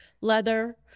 leather